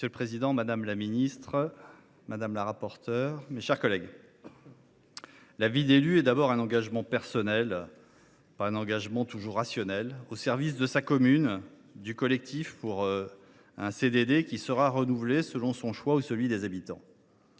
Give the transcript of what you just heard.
Monsieur le président, mesdames les ministres, mes chers collègues, la vie d’élu est d’abord un engagement personnel, pas toujours un engagement rationnel, au service de sa commune et du collectif pour un CDD qui sera renouvelé selon son choix ou celui des habitants.